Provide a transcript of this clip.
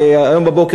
היום בבוקר,